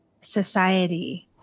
society